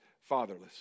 fatherless